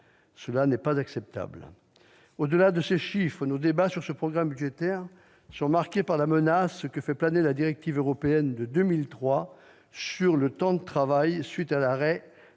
Ce n'est pas acceptable ! Au-delà de ces chiffres, nos débats sur ce programme budgétaire sont marqués par la menace que fait planer la directive européenne de 2003 sur le temps de travail, à la suite de l'arrêt,